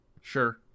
Sure